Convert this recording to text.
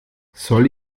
soll